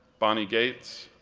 bonnie gates,